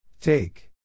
Take